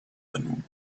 than